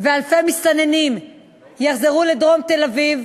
ואלפי מסתננים יחזרו לדרום תל-אביב,